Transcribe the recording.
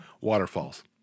Waterfalls